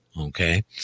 okay